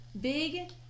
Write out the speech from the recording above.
big